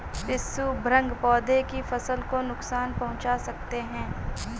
पिस्सू भृंग पौधे की फसल को नुकसान पहुंचा सकते हैं